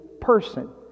person